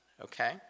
Okay